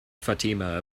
fatima